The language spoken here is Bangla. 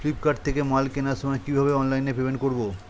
ফ্লিপকার্ট থেকে মাল কেনার সময় কিভাবে অনলাইনে পেমেন্ট করব?